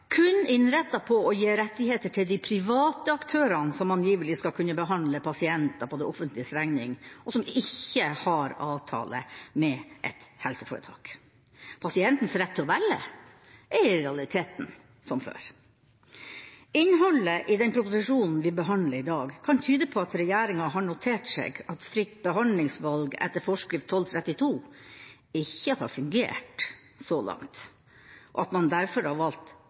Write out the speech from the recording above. kun innrettet på å gi rettigheter til de private aktørene som angivelig skal kunne behandle pasienter på det offentliges regning, og som ikke har avtale med et helseforetak. Pasientenes rett til å velge er i realiteten som før. Innholdet i den proposisjonen vi behandler i dag, kan tyde på at regjeringa har notert seg at «fritt behandlingsvalg» etter forskrift 1232 ikke har fungert så langt, og at man derfor har valgt